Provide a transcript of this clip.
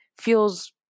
feels